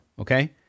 Okay